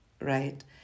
right